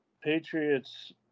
Patriots